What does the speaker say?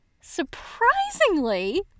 Surprisingly